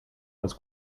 was